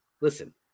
listen